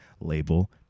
label